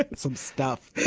ah but some stuff